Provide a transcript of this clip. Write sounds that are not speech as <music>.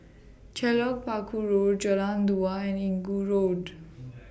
<noise> Telok Paku Road Jalan Dua and Inggu Road